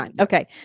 Okay